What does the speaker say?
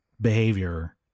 behavior